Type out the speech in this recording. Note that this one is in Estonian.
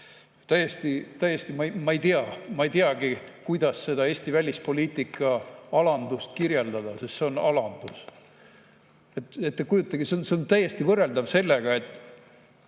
Täiesti, täiesti, ma ei tea … Ma ei teagi, kuidas seda Eesti välispoliitilist alandust kirjeldada, sest see on alandus. See on täiesti võrreldav sellega, kui